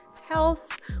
health